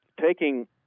taking